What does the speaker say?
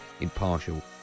impartial